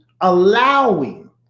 allowing